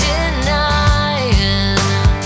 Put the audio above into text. Denying